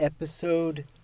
Episode